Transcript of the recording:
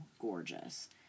gorgeous